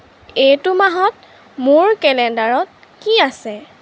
এইটো মাহত মোৰ কেলেণ্ডাৰত কি আছে